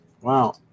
wow